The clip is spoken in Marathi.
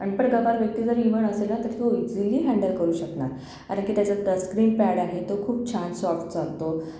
अनपढ गवार व्यक्ती जरी इवन असेल ना तरी तो ईजिली हँडल करू शकणार कारण की त्याचं टच स्क्रीन पॅड आहे तो खूप छान सॉफ्ट चालतो